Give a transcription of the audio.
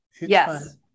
Yes